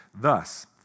thus